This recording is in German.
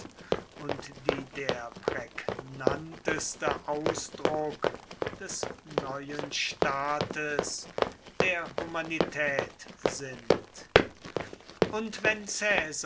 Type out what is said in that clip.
und die der prägnanteste ausdruck des neuen staates der humanität sind und wenn